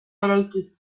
eraiki